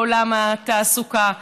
בעולם התעסוקה.